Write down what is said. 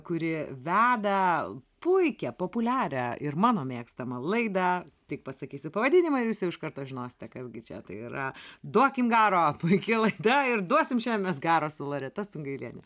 kuri veda puikią populiarią ir mano mėgstamą laidą tik pasakysiu pavadinimą ir jūs jau iš karto žinosite kas gi čia tai yra duokim garo puiki laida ir duosim šiandien mes garo su loreta sungailiene